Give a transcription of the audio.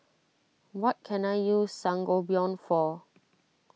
what can I use Sangobion for